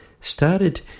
started